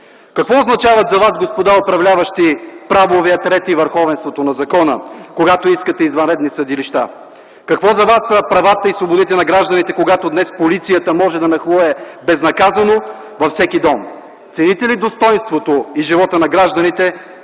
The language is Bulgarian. Какво означават за вас, господа управляващи, правовият ред и върховенството на закона, когато искате извънредни съдилища? Какво за вас са правата и свободите на гражданите, когато днес полицията може да нахлуе безнаказано във всеки дом? Цените ли достойнството и живота на гражданите,